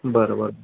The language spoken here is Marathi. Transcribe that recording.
बरं बरं